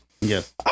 Yes